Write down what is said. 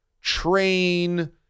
train